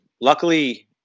luckily